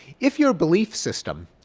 if your belief system